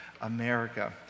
America